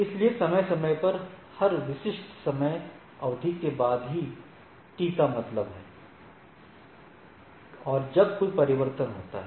इसलिए समय समय पर हर विशिष्ट समय अवधि के बाद टी का मतलब है और जब कोई परिवर्तन होता है